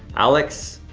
alex,